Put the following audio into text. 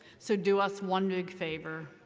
so do us one big favor.